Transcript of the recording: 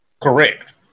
correct